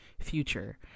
future